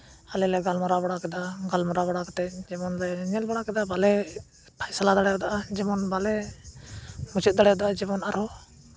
ᱟᱞᱮ ᱞᱮ ᱜᱟᱞᱢᱟᱨᱟᱣ ᱵᱟᱲᱟ ᱠᱮᱫᱟ ᱜᱟᱞᱢᱟᱨᱟᱣ ᱵᱟᱲᱟ ᱠᱟᱛᱮᱫ ᱡᱮᱢᱚᱱ ᱞᱮ ᱧᱮᱞ ᱵᱟᱲᱟ ᱠᱮᱫᱟ ᱵᱟᱞᱮ ᱯᱷᱚᱭᱥᱚᱞᱟ ᱫᱟᱲᱮᱭᱟᱫᱟ ᱡᱮᱢᱚᱱ ᱵᱟᱞᱮ ᱢᱩᱪᱟᱹᱫ ᱫᱟᱲᱮᱭᱟᱫᱟ ᱡᱮᱢᱚᱱ ᱟᱨᱦᱚᱸ